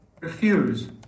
Refuse